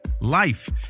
life